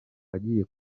agiye